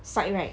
side right